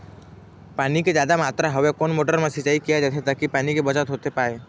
पानी के जादा मात्रा हवे कोन मोटर मा सिचाई किया जाथे ताकि पानी के बचत होथे पाए?